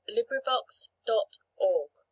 LibriVox.org